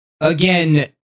again